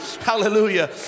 Hallelujah